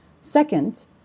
Second